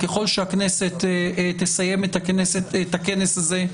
ככל שהכנסת תסיים את הכנס הזה,